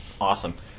awesome